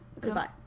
Goodbye